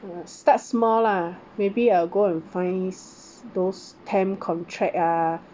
uh start small lah maybe I go and find s~ those temp contract ah